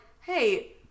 hey